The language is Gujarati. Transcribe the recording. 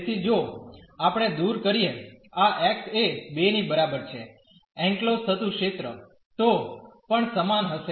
તેથી જો આપણે દુર કરીએ આ x એ 2 ની બરાબર છે એનક્લોઝડ થતું ક્ષેત્ર તો પણ સમાન હશે